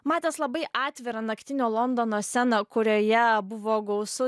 matęs labai atvirą naktinio londono sceną kurioje buvo gausu